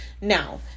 now